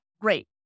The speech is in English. Great